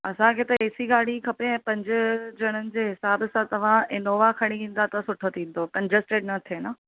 असां खे त ए सी गाॾी खपे ऐं पंज ॼणनि जे हिसाब सां तव्हां इनोवा खणी ईंदा त सुठो थींदो कंजस्टिड न थिए न